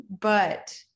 but-